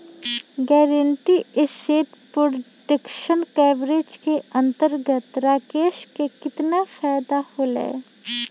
Guaranteed asset protection coverage के अंतर्गत राकेश के कितना फायदा होलय?